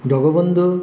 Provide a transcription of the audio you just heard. Jagabandhu